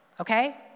okay